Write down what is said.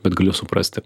bet galiu suprasti